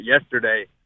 yesterday